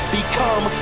become